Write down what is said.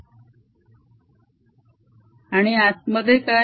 आणि आतमध्ये काय